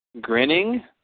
Grinning